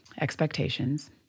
Expectations